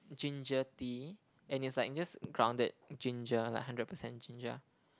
ginger tea and it's like just grounded ginger like hundred percent ginger